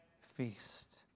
feast